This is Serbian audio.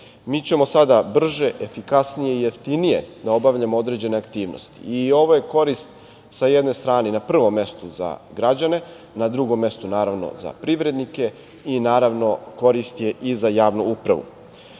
Mi ćemo sada brže, efikasnije i jeftinije da obavljamo određene aktivnosti. Ovo je korist sa jedne strane na prvom mestu za građane, na drugom mestu naravno za privrednike i naravno korist je i za javnu